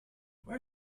where